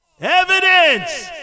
evidence